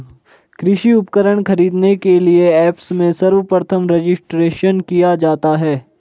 कृषि उपकरण खरीदने के लिए ऐप्स में सर्वप्रथम रजिस्ट्रेशन किया जाता है